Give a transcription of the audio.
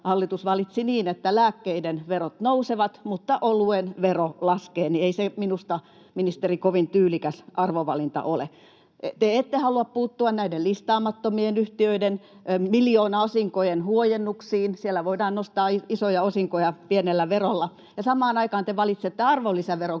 hallitus valitsi niin, että lääkkeiden verot nousevat mutta oluen vero laskee, niin ei se minusta, ministeri, kovin tyylikäs arvovalinta ole. Te ette halua puuttua näiden listaamattomien yhtiöiden miljoonaosinkojen huojennuksiin. Siellä voidaan nostaa isoja osinkoja pienellä verolla, ja samaan aikaan te valitsette arvonlisäveron